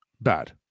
bad